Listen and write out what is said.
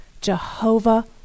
Jehovah